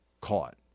caught